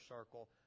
circle